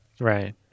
Right